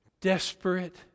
desperate